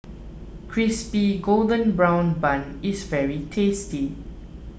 Crispy Golden Brown Bun is very tasty